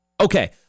Okay